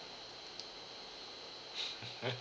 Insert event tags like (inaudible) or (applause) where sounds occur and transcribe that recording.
(laughs)